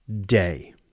day